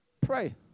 pray